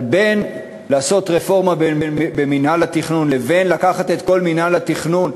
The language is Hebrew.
אבל בין לעשות רפורמה במינהל התכנון ובין לקחת את כל מינהל התכנון,